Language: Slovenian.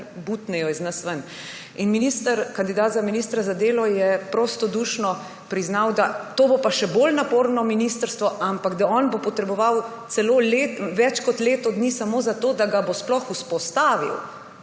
kar butnejo iz nas ven – kandidat za ministra za delo je prostodušno priznal, da bo pa to še bolj naporno ministrstvo, da bo on potreboval celo več kot leto dni samo zato, da ga bo sploh vzpostavil.